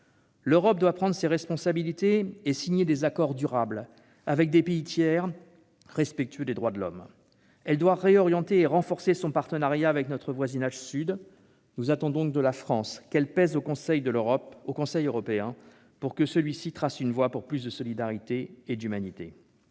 L'Europe doit prendre ses responsabilités et signer des accords durables avec des pays tiers respectueux des droits de l'homme. Elle doit réorienter et renforcer son partenariat avec notre voisinage sud. Nous attendons de la France qu'elle pèse au Conseil européen pour que celui-ci trace une voie vers plus de solidarité et d'humanité.